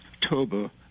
Toba